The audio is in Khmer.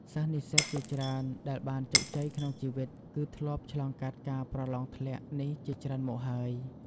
សិស្សនិស្សិតជាច្រើនដែលបានជោគជ័យក្នុងជីវិត គឺធ្លាប់ឆ្លងកាត់ការប្រលងធ្លាក់នេះជាច្រើនមកហើយ។